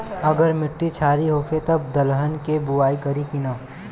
अगर मिट्टी क्षारीय होखे त दलहन के बुआई करी की न?